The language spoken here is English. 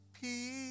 peace